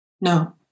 No